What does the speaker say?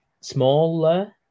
smaller